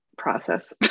process